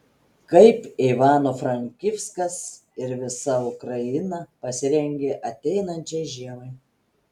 kaip ivano frankivskas ir visa ukraina pasirengė ateinančiai žiemai